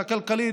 הכלכלית,